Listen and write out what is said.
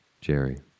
Jerry